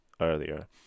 earlier